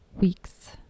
weeks